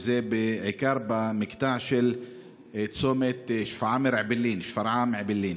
בעיקר במקטע של צומת שפרעם-אעבלין.